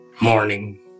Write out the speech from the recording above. morning